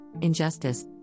injustice